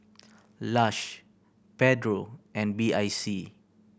Lush Pedro and B I C